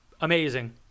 amazing